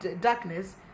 darkness